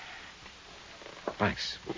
Thanks